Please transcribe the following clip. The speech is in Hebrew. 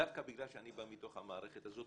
דווקא בגלל שאני בא מתוך המערכת הזאת,